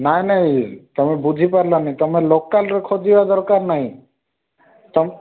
ନାଇ ନାଇ ତମେ ବୁଝି ପାରିଲନି ତମେ ଲୋକାଲରେ ଖୋଜିବା ଦରକାର ନାହିଁ ତମ